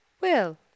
Will